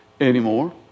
anymore